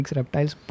reptiles